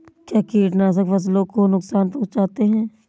क्या कीटनाशक फसलों को नुकसान पहुँचाते हैं?